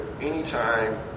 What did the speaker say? anytime